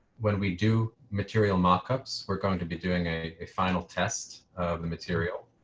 when we do material mockups we're going to be doing a a final test of the material.